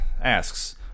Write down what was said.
Asks